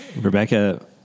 Rebecca